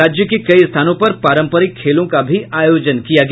राज्य के कई स्थानों पर पारंपरिक खेलों का भी आयोजन किया गया